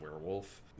werewolf